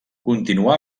continuà